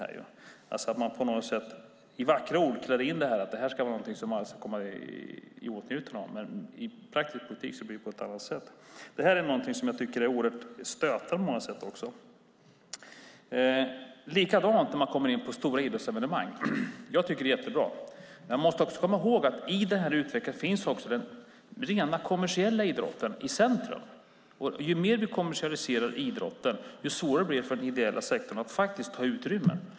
Man klär in detta i vackra ord; detta ska alla komma i åtnjutande av. Men i praktisk politik blir det på ett annat sätt. Detta är oerhört stötande på många sätt. Likadant är det när man kommer in på stora idrottsevenemang. Jag tycker att de är jättebra, men man måste också komma ihåg att i den här utvecklingen finns den rent kommersiella idrotten i centrum. Ju mer vi kommersialiserar idrotten, desto svårare blir det för den ideella sektorn att ta utrymme.